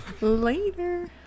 Later